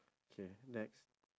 K next